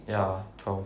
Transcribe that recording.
ya twelve